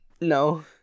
No